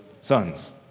sons